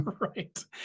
Right